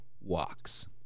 walks